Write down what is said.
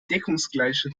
deckungsgleiche